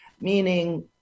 meaning